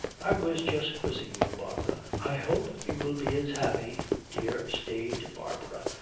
i was just quizzing you, barbara. i hope you will be as happy, dear, staid barbara,